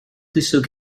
tissues